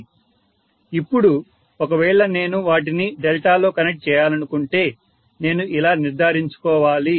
ఇప్పుడు ఒకవేళ నేను వాటిని డెల్టా లో కనెక్ట్ చేయాలంటే నేను ఇలా నిర్ధారించుకోవాలి